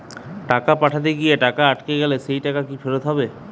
টাকা পাঠাতে গিয়ে টাকা আটকে গেলে সেই টাকা কি ফেরত হবে?